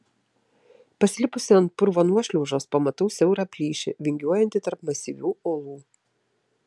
pasilipusi ant purvo nuošliaužos pamatau siaurą plyšį vingiuojantį tarp masyvių uolų